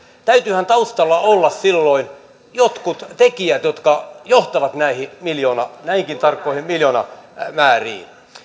täytyyhän taustalla olla silloin jotkut tekijät jotka johtavat näinkin tarkkoihin miljoonamääriin